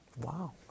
Wow